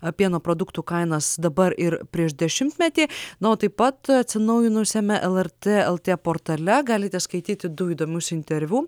pieno produktų kainas dabar ir prieš dešimtmetį na o taip pat atsinaujinusiame lrtel tė portale galite skaityti du įdomus interviu